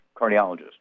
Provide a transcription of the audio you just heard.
cardiologist